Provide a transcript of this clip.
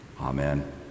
amen